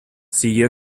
siguió